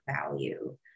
value